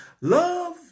love